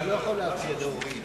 אתה לא יכול להציע להוריד.